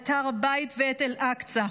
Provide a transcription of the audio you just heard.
את הר הבית ואת אל-אקצא.